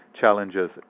challenges